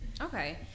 okay